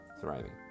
thriving